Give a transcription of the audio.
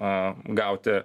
a gauti